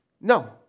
No